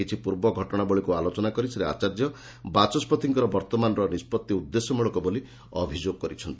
କିଛି ପୂର୍ବ ଘଟଣାବଳୀକୁ ଆଲୋଚନା କରି ଶ୍ରୀ ଆଚାର୍ଯ୍ୟ ବାଚସ୍ୱତିଙ୍କର ବର୍ତ୍ତମାନର ନିଷ୍ବଉି ଉଦ୍ଦେଶ୍ୟମୂଳକ ବୋଲି ଅଭିଯୋଗ କରିଛନ୍ତି